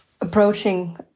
approaching